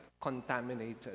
contaminated